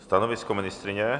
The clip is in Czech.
Stanovisko ministryně?